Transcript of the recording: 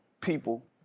people